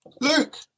Luke